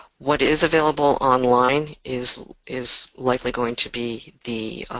what is available online is is likely going to be the